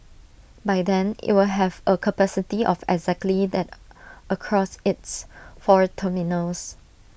by then IT will have A capacity of exactly that across its four terminals